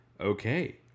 Okay